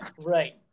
Right